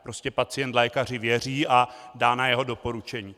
Prostě pacient lékaři věří a dá na jeho doporučení.